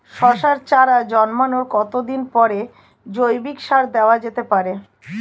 শশার চারা জন্মানোর কতদিন পরে জৈবিক সার দেওয়া যেতে পারে?